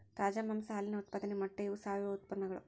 ತಾಜಾ ಮಾಂಸಾ ಹಾಲಿನ ಉತ್ಪಾದನೆ ಮೊಟ್ಟೆ ಇವ ಸಾವಯುವ ಉತ್ಪನ್ನಗಳು